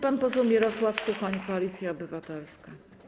Pan poseł Mirosław Suchoń, Koalicja Obywatelska.